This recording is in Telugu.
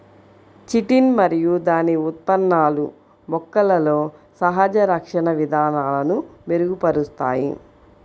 చిటిన్ మరియు దాని ఉత్పన్నాలు మొక్కలలో సహజ రక్షణ విధానాలను మెరుగుపరుస్తాయి